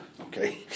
okay